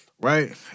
Right